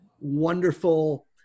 wonderful